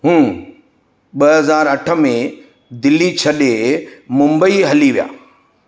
हू ॿ हज़ार अठ में दिल्ली छॾे मुंबई हली विया